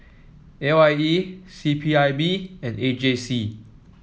A Y E C P I B and A J C